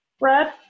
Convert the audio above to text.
red